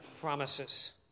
promises